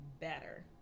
better